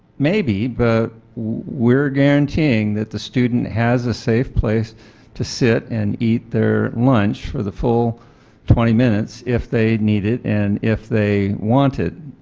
maybe, but we are guaranteeing that the student has a safe place to sit and eat their lunch for the fold twenty minutes if they need it, and if they want to.